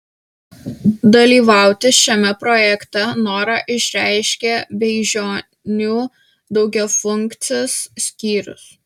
dalyvauti šiame projekte norą išreiškė beižionių daugiafunkcis skyrius